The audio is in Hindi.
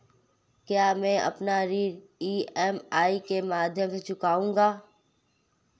क्या मैं अपना ऋण ई.एम.आई के माध्यम से चुकाऊंगा?